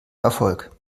erfolg